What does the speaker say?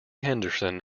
henderson